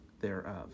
thereof